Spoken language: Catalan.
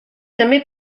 també